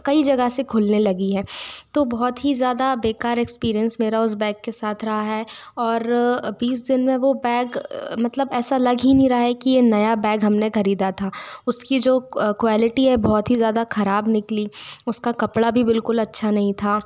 कई जगह से खुलने लगी है तो बहुत ही ज़्यादा बेकार एक्सपिरेन्स मेरा उस बैग के साथ रहा है और बीस दिन में वह बैग मतलब ऐसा लग ही नहीं रहा है कि नया बैग हमने ख़रीदा था उसकी जो क्वालिटी है बहुत ही ज़्यादा ख़राब निकली उसका कपड़ा भी बिलकुल अच्छा नहीं था